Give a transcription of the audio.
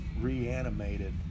reanimated